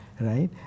right